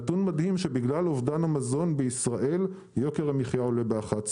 הנתון המדהים שבגלל אובדן המזון בישראל יוקר המחיה עולה ב-11%.